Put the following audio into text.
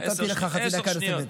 נתתי לך חצי דקה נוספת.